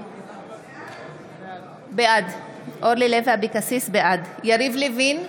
בעד יריב לוין,